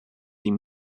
ihm